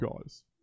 guys